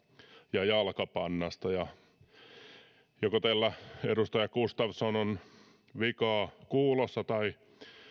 ja jalkapannasta teillä edustaja gustafsson on vikaa joko kuulossa tai